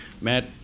Matt